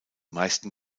meisten